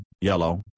yellow